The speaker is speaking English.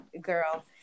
girl